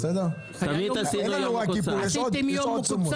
אין לנו רק יום כיפור אלא יש עוד ימי צום.